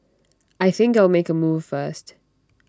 I think I'll make A move first